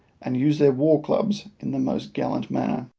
and used their war-clubs in the most gallant manner.